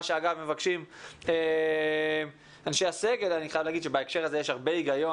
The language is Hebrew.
מה שאגב מבקשים אנשי הסגל אני חייב להגיד שבהקשר הזה יש הרבה היגיון